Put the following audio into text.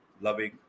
loving